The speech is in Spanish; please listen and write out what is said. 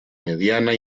mediana